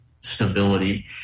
stability